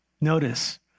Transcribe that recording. Notice